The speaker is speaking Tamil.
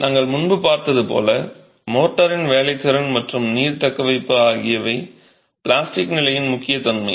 நாங்கள் முன்பு பார்த்தது போல் மோர்டாரின் வேலைத்திறன் மற்றும் நீர் தக்கவைப்பு ஆகியவை பிளாஸ்டிக் நிலையின் முக்கிய தன்மை